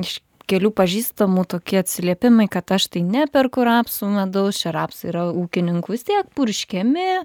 iš kelių pažįstamų tokie atsiliepimai kad aš tai neperku rapsų medaus čia rapsai yra ūkininkų vis tiek purškiami